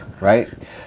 right